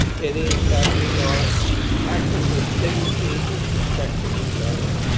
it is that we are acting with dignity, with respect to each other,